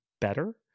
better